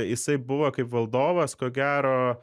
jisai buvo kaip valdovas ko gero